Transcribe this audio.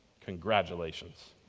congratulations